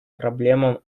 проблемам